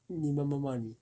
你妈妈骂你